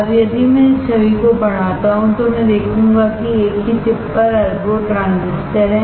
अब यदि मैं इस छवि को बढ़ाता हूं तो मैं देखूंगा कि एक ही चिप पर अरबों ट्रांजिस्टर हैं